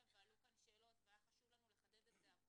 עלו כאן שאלות והיה חשוב לנו לחדד את זה עבורכם.